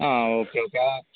ആ okay okay ആ